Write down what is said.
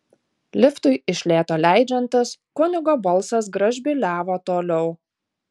liftui iš lėto leidžiantis kunigo balsas gražbyliavo toliau